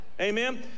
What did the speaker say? Amen